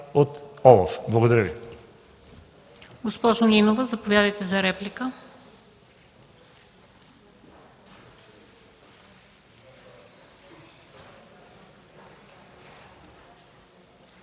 от ОЛАФ. Благодаря Ви.